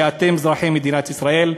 שאתם אזרחי מדינת ישראל,